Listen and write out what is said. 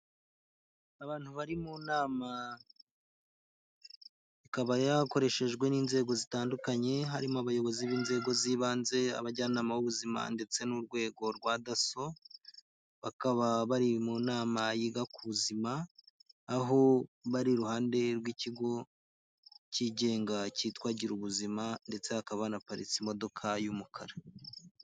Abantu bari mu nama ikaba yarakoreshejwe n'inzego zitandukanye, harimo abayobozi b'inzego z'ibanze, abajyanama b'ubuzima, ndetse n'urwego rwa daso. Bakaba bari mu nama yiga ku buzima aho bari iruhande rw'ikigo cyigenga cyitwa gira ubuzima ndetse hakaba hanaparitse imodoka y'umukara.